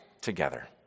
together